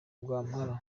rwampara